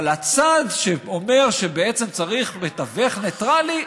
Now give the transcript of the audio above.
אבל הצד שאומר שבעצם צריך מתווך ניטרלי,